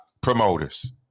promoters